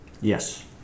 Yes